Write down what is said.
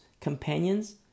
companions